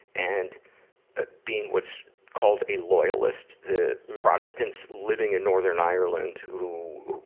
and being what's called a loyalist? the protestants living in northern ireland who,